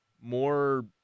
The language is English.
more